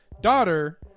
daughter